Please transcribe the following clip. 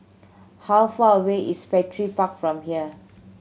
how far away is Petir Park from here